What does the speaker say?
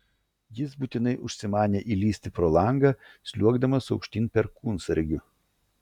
jis būtinai užsimanė įlįsti pro langą sliuogdamas aukštyn perkūnsargiu